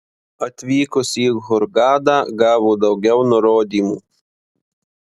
atvykus į hurgadą gavo daugiau nurodymų